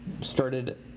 Started